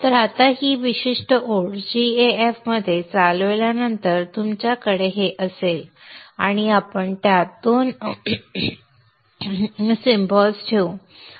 तर आता ही विशिष्ट ओळ gaf मध्ये चालवल्यानंतर तुमच्याकडे हे असेल आणि त्या आत आपण चिन्हे ठेवू